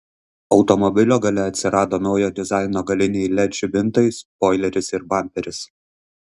automobilio gale atsirado naujo dizaino galiniai led žibintai spoileris ir bamperis